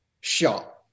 shot